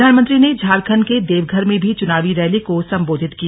प्रधानमंत्री ने झारखंड के देवघर में भी चुनावी रैली को संबोधित किया